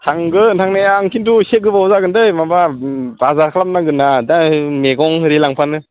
थांगोन थांनाया आं किन्तु इसे गोबाव जागोन दै माबा बाजार खालामनांगोन ना दा मैगं आरि लांफानो